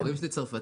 ההורים שלי צרפתים,